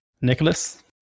nicholas